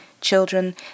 children